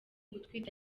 gutwita